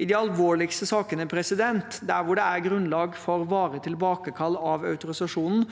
I de alvorligste sakene, der hvor det er grunnlag for varig tilbakekall av autorisasjonen,